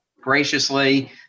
graciously